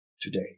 today